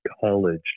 college